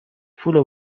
پول